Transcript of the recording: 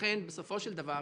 לכן, בסופו של דבר,